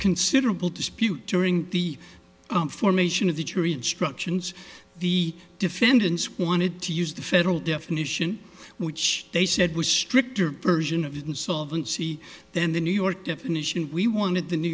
considerable dispute during the formation of the jury instructions the defendants wanted to use the federal definition which they said was stricter version of insolvency then the new york definition we wanted the new